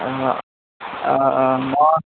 অঁ অঁ অঁ মই